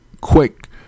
quick